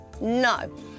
No